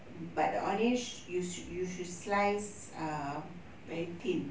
um but the onion sh~ you should you should slice err very thin